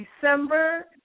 December